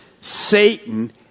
Satan